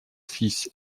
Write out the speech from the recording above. fils